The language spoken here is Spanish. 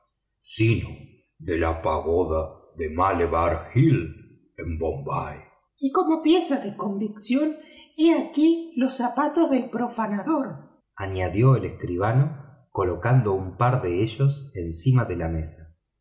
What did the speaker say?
sino de la pagoda de malebar hill en bombay y como pieza de convicción he aquí los zapatos del profanador añadió el escribano colocando un par de ellos encima de la mesa